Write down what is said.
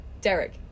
derek